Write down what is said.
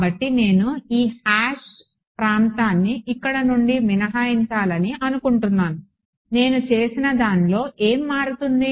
కాబట్టి నేను ఈ హాష్ ప్రాంతాన్ని ఇక్కడ నుండి మినహాయించాలని అనుకుంటున్నాను నేను చేసిన దానిలో ఏమి మారుతుంది